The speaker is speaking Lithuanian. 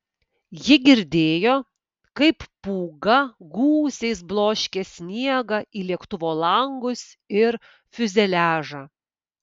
ji girdėjo kaip pūga gūsiais bloškė sniegą į lėktuvo langus ir fiuzeliažą